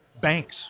Banks